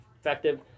effective